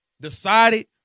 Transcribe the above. decided